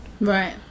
right